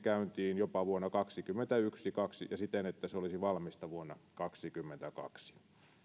saataisiin käyntiin jopa vuonna kaksikymmentäyksi ja siten että se olisi valmis vuonna kaksikymmentäkaksi